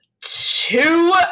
two